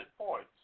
points